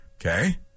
Okay